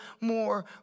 more